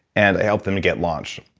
and i helped them to get launched.